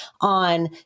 on